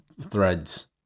threads